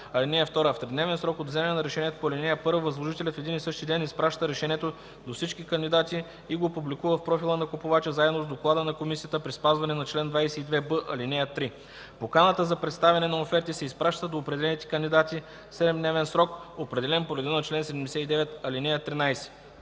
В тридневен срок от вземане на решението по ал. 1 възложителят в един и същи ден изпраща решението до всички кандидати и го публикува в профила на купувача заедно с доклада на комисията при спазване на чл. 22б, ал. 3. Поканата за представяне на оферти се изпраща до определените кандидати в 7-дневен срок, определен по реда на чл. 79, ал. 13.”